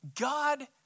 God